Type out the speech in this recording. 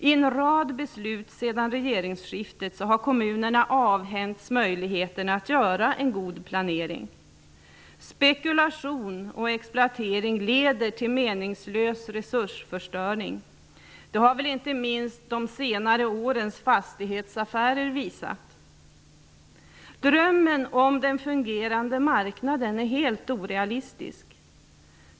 I en rad beslut sedan regeringsskiftet har kommunerna avhänts möjligheterna till en god planering. Spekulation och exploatering leder till meningslös resursförstöring. Det har väl inte minst de senare årens fastighetsaffärer visat. Drömmen om den fungerande marknaden är helt orealistisk.